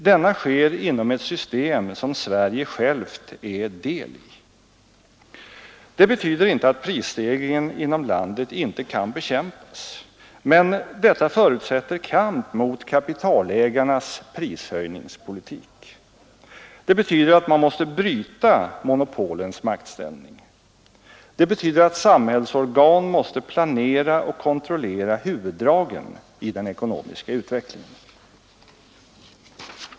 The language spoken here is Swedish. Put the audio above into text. Denna sker inom ett system som Sverige självt är del i. Det betyder inte att prisstegringen inom landet inte kan bekämpas. Men detta förutsätter kamp mot kapitalägarnas prishöjningspolitik. Det betyder att man måste bryta monopolens maktställning. Det betyder att samhällsorgan måste planera och kontrollera huvuddragen i den ekonomiska utvecklingen.